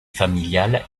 familial